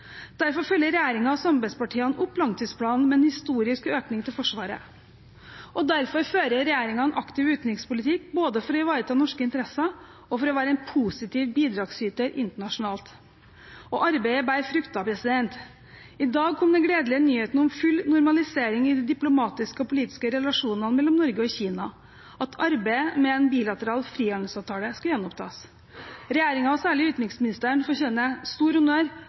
Derfor følger regjeringen og samarbeidspartiene opp langtidsplanen med en historisk økning til Forsvaret, og derfor fører regjeringen en aktiv utenrikspolitikk både for å ivareta norske interesser og for å være en positiv bidragsyter internasjonalt. Arbeidet bærer frukter. I dag kom den gledelige nyheten om full normalisering i de diplomatiske og politiske relasjonene mellom Norge og Kina, og at arbeidet med en bilateral frihandelsavtale skal gjenopptas. Regjeringen og særlig utenriksministeren fortjener stor honnør